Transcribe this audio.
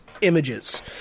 images